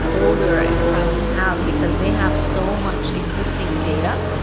older enterprises have, because they have so much existing data.